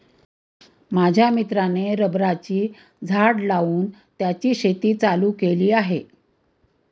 माझ्या मित्राने रबराची झाडं लावून त्याची शेती चालू केली आहे